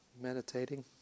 meditating